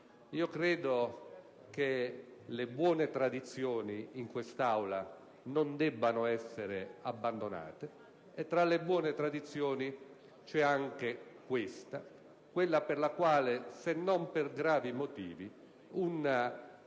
Credo che le buone tradizioni in quest'Aula non debbano essere abbandonate, e tra le buone tradizioni c'è anche quella per la quale, se non per gravi motivi, una prima